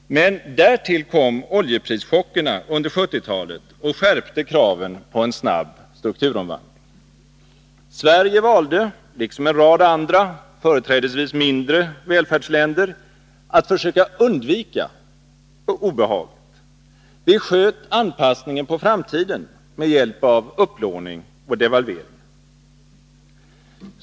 Men därtill kom oljeprischockerna under 1970-talet och skärpte kraven på en snabb strukturomvandling. Sverige valde — liksom en rad andra, företrädesvis mindre, välfärdsländer — att försöka undvika obehaget. Vi sköt anpassningen på framtiden med hjälp av upplåning och devalveringar.